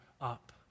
up